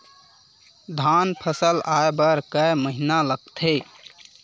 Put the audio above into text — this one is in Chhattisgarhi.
धान फसल आय बर कय महिना लगथे?